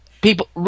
People